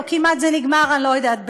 או כמעט זה נגמר אני לא יודעת במה,